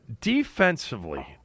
defensively